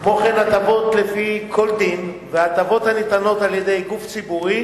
וכן הטבות לפי קודים והטבות הניתנות על-ידי גוף ציבורי